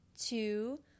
two